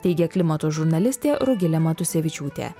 teigia klimato žurnalistė rugilė matusevičiūtė